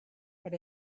but